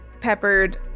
peppered